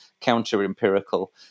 counter-empirical